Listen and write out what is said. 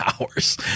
hours